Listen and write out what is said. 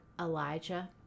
Elijah